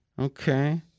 okay